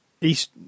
East